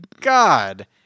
God